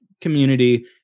community